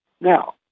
Now